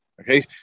okay